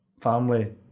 family